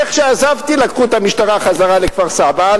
איך שעזבתי, לקחו את המשטרה חזרה לכפר-סבא.